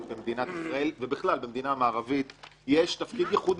במדינת ישראל ובכלל במדינה מערבית יש תפקיד ייחודי,